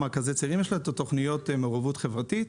אז בתוך מרכזי הצעירים יש לנו את תוכניות למעורבות חברתית,